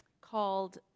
called